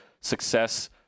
success